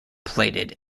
plated